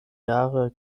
jahre